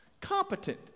Competent